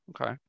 Okay